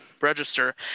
register